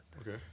okay